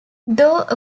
though